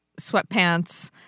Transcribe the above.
sweatpants